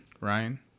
Ryan